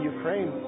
Ukraine